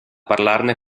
parlarne